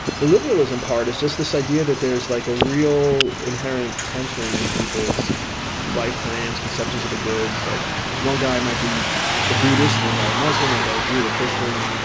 the liberalism part is just this idea that there is like a real inherent tension in people's life plans, conceptions of the goods like this one guy might be a buddhist. one guy, a muslim. one guy, a jew, a christian.